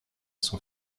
son